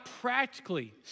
practically